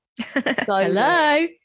Hello